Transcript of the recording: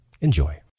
Enjoy